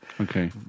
Okay